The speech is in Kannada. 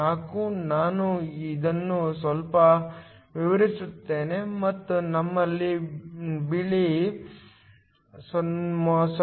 4 ನಾನು ಇದನ್ನು ಸ್ವಲ್ಪ ವಿಸ್ತರಿಸುತ್ತೇನೆ ಮತ್ತು ನಿಮ್ಮ ಬಳಿ 0